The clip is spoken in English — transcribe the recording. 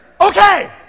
Okay